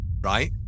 Right